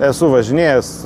esu važinėjęs